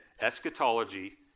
eschatology